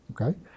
Okay